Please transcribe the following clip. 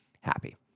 happy